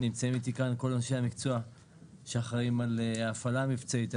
נמצאים איתי כאן כל אנשי המקצוע שאחראים על הפעלה מבצעית,